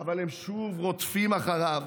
אבל הם שוב רודפים אחריו,